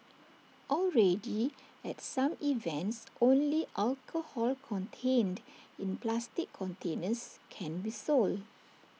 already at some events only alcohol contained in plastic containers can be sold